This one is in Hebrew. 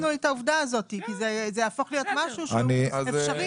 העבודה הזאת כי זה יהפוך להיות משהו אפשרי.